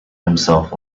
himself